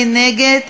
מי נגד?